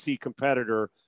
competitor